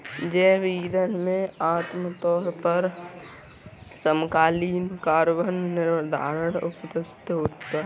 जैव ईंधन में आमतौर पर समकालीन कार्बन निर्धारण उपस्थित होता है